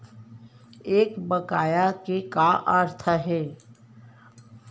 एक बकाया के का अर्थ हे?